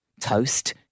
toast